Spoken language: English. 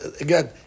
again